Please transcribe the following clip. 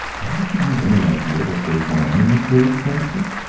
haven't you any idea what goes on in the closed classes?